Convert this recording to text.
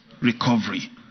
recovery